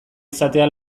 izatea